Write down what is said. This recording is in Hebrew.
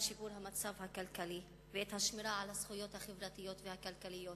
שיפור המצב הכלכלי ואת השמירה על הזכויות החברתיות והכלכליות